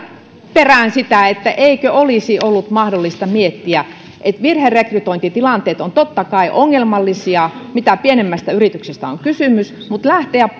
perään sitä että eikö olisi ollut mahdollista virherekrytointitilanteet ovat totta kai ongelmallisia mitä pienemmästä yrityksestä on kysymys lähteä